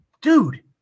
Dude